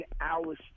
hours